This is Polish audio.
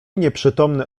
nieprzytomny